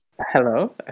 hello